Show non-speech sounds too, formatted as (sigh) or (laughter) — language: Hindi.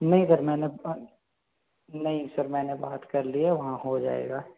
नहीं सर (unintelligible) नहीं सर मैंने नहीं सर मैंने बात कर लिया वहाँ हो जाएगा